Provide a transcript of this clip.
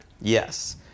Yes